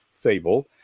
fable